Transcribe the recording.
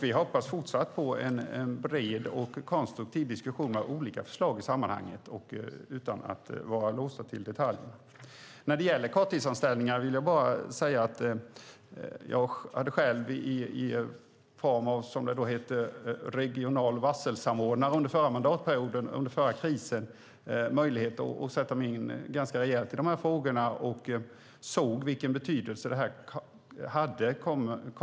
Vi hoppas fortsatt på en bred och konstruktiv diskussion av olika förslag i sammanhanget, utan att vara låsta till detaljerna. När det gäller korttidsanställningar vill jag bara säga: Jag hade själv i form av regional varselsamordnare, som det då hette, under förra mandatperioden, under förra krisen, möjlighet att sätta mig in ganska rejält i de här frågorna. Då såg jag vilken betydelse detta hade.